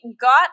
got